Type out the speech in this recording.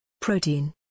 Protein